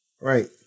Right